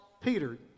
Peter